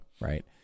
right